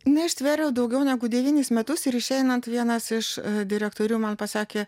neištvėriau daugiau negu devynis metus ir išeinant vienas iš direktorių man pasakė